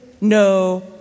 no